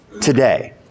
today